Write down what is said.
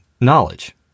knowledge